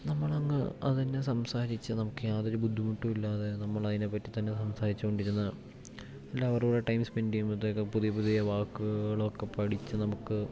നമ്മൾ അങ്ങ് അത് തന്നെ സംസാരിച്ച് നമുക്ക് യാതൊരു ബുദ്ധിമുട്ടും ഇല്ലാതെ നമ്മൾ അതിനെപറ്റി തന്നെ സംസാരിച്ചോണ്ടിരുന്ന എല്ലാവരുടെയും കൂടെ ടൈം സ്പെൻഡ് ചെയ്യുമ്പത്തേക്ക് പുതിയ പുതിയ വാക്കുകളൊക്കെ പഠിച്ച് നമുക്ക്